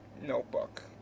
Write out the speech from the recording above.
notebook